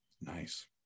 Nice